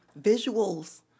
visuals